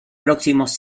próximos